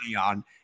on